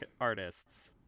artists